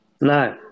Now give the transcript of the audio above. No